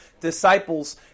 disciples